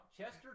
Chester